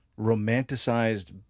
romanticized